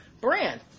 brand